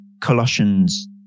Colossians